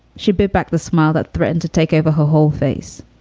she beat back the smile that threatened to take over her whole face.